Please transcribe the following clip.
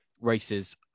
races